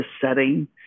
setting